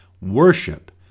worship